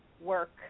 work